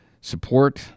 support